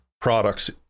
products